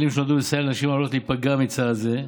יש כלים שנועדו לסייע לנשים העלולות להיפגע מצעד זה,